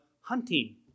hunting